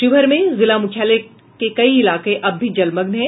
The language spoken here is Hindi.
शिवहर में जिला मुख्यालय के कई इलाके अब भी जलमग्न हैं